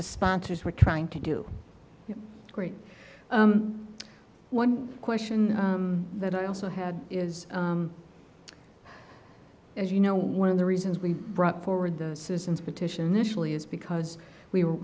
the sponsors were trying to do great one question that i also had is as you know one of the reasons we brought forward the citizens petition nationally is because we were